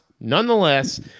Nonetheless